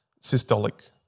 systolic